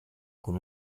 con